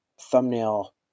thumbnail